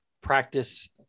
practice